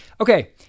Okay